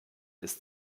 ist